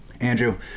Andrew